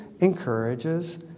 encourages